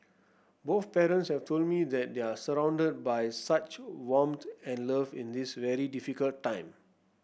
both parents have told me that they are surrounded by such warmth and love in this very difficult time